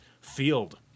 field